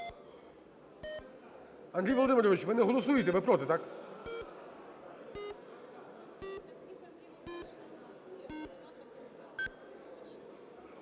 Андрій Володимирович, ви не голосуєте? Ви проти, так?